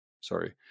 sorry